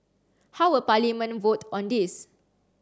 how will Parliament vote on this